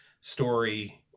story